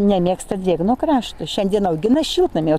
nemėgsta drėgno krašto šiandien augina šiltnamyje